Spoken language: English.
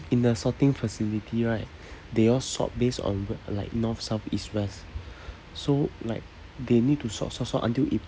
in a sorting facility right they all sort based on like north south east west so like they need to sort sort sort until it